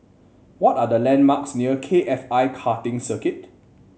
what are the landmarks near K F I Karting Circuit